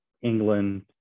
England